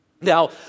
Now